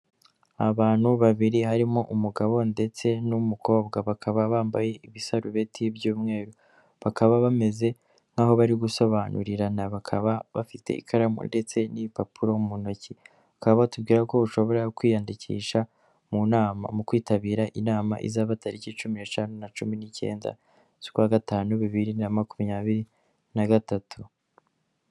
Abantu babiri harimo umugabo ndetse n'umukobwa, bakaba bambaye ibisarubeti by'umweru, bakaba bameze nkaho bari gusobanurirana, bakaba bafite ikaramu ndetse n'ibipapuro mu ntoki, bakaba batubwira ko ushobora kwiyandikisha mu nama, mu kwitabira inama izaba tariki cumi n'eshanu na cumi n'icyenda z'ukwa gatanu bibiri na makumyabiri na gatatu.